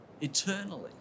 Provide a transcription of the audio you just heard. eternally